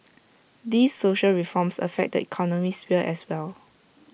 these social reforms affect the economic sphere as well